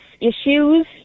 issues